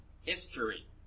history